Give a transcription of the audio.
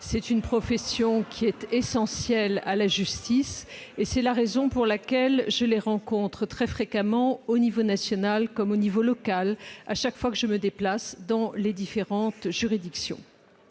Les avocats sont essentiels à la justice, c'est la raison pour laquelle je les rencontre très fréquemment, au niveau national comme à l'échelon local, chaque fois que je me déplace dans les différentes juridictions.